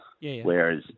Whereas